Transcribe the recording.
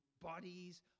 bodies